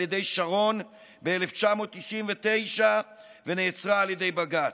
ידי שרון ב-1999 וזה נעצר על ידי בג"ץ.